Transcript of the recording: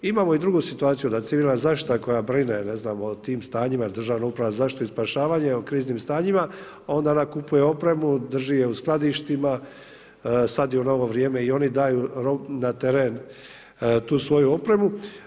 Imamo i drugu situaciju, da civilna zaštita koja brine o tim stanjima ili Državna uprava za zaštitu i spašavanje u kriznim stanjima onda ona kupuje opremu, drži je u skladištima, sada u novo vrijeme oni daju na teren tu svoju opremu.